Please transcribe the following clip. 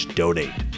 donate